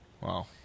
Wow